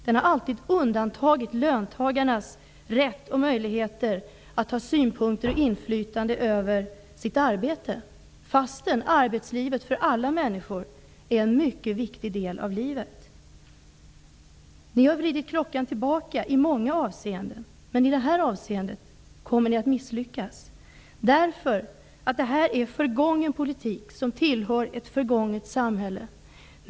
Den har alltid undantagit löntagarnas rätt och möjligheter att ha synpunkter på och inflytande över deras arbete, fastän arbetslivet för alla människor är en mycket viktig del av livet. Ni har vridit klockan tillbaka i många avseenden, men i det här avseendet kommer ni att misslyckas. Detta är förgången politik som tillhör ett förgånget samhälle.